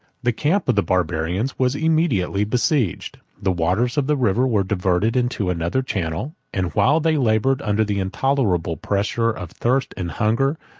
the camp of the barbarians was immediately besieged the waters of the river were diverted into another channel and while they labored under the intolerable pressure of thirst and hunger,